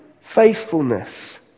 faithfulness